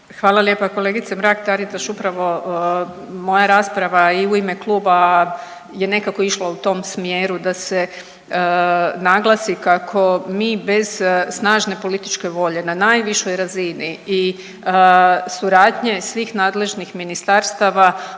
Hvala lijepo. Kolegice Mrak Taritaš upravo moja rasprava i u ime kluba je nekako išla u tom smjeru da se naglasi kako mi bez snažne političke volje na najvišoj razini i suradnje svih nadležnih ministarstava,